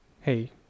hey